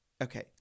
Okay